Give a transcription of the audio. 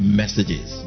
messages